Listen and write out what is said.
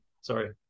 sorry